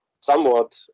somewhat